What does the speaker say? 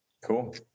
Cool